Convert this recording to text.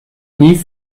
nie